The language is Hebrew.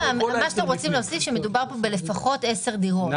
שאתם רוצים להוסיף זה שמדובר פה בלפחות 10 דירות,